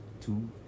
Two